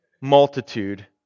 multitude